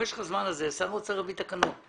במשך הזמן הזה שר האוצר יביא תקנות.